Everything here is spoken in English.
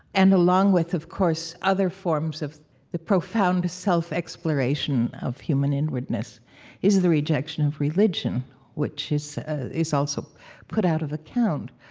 and along with, of course, other forms of the profound self-exploration of human inwardness is the rejection of religion, which is is also put out of account.